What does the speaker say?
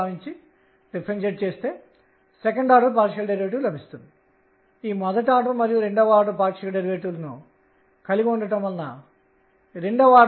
నేను ఋణాత్మక దిశలో కోణీయ ద్రవ్యవేగం k 2ℏని మరియు ఈ విధంగా నికర కోణీయ ద్రవ్యవేగం అంశం ను కూడా కలిగి ఉండవచ్చు